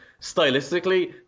stylistically